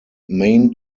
main